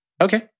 Okay